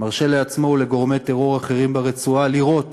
מרשה לעצמו ולגורמי טרור אחרים ברצועה לירות